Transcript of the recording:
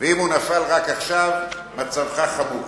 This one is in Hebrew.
ואם הוא נפל רק עכשיו מצבך חמור.